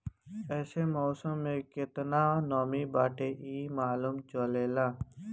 एसे मौसम में केतना नमी बाटे इ मालूम चलेला